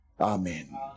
Amen